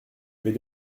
mais